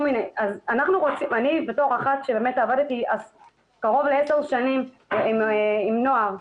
אני בתור אחת שעבדתי קרוב לעשר שנים עם נוער,